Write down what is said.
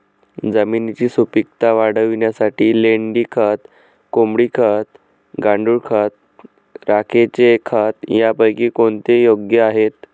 जमिनीची सुपिकता वाढवण्यासाठी लेंडी खत, कोंबडी खत, गांडूळ खत, राखेचे खत यापैकी कोणते योग्य आहे?